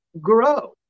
grow